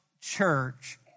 church